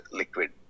liquid